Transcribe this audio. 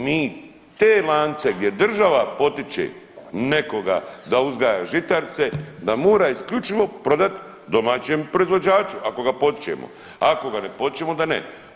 Mi te lance gdje država potiče nekoga da uzgaja žitarice, da mora isključivo prodat domaćem proizvođaču ako ga potičemo, ako ga ne potičemo onda ne.